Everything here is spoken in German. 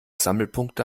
sammelpunkte